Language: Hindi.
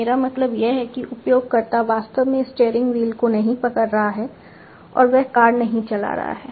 मेरा मतलब यह है कि उपयोगकर्ता वास्तव में स्टीयरिंग व्हील को नहीं पकड़ रहा है और वह कार नहीं चला रहा है